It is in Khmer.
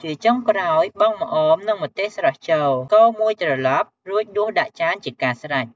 ជាចុងក្រោយ បង់ម្អម និងម្ទេសស្រស់ចូលកូរមួយត្រឡប់ រួចដួសដាក់ចានជាការស្រេច។